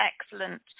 excellent